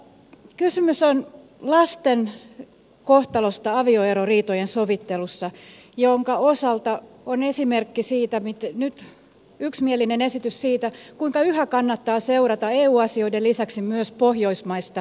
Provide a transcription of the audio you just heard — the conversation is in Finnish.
kysymys on lasten kohtalosta avioeroriitojen sovittelussa minkä osalta on nyt yksimielinen esitys siitä kuinka yhä kannattaa seurata eu asioiden lisäksi myös pohjoismaista kehitystä